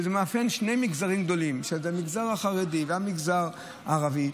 זה מאפיין שני מגזרים גדולים: המגזר החרדי והמגזר הערבי,